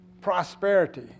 prosperity